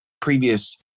previous